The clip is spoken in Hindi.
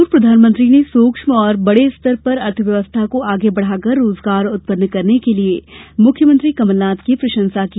पूर्व प्रधानमंत्री ने सूक्ष्म और बढ़े स्तर पर अर्थव्यवस्था को आगे बढ़ाकर रोजगार उत्पन्न करने के लिये मुख्यमंत्री कमलनाथ की प्रशंसा की